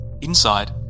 Inside